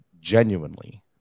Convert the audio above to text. genuinely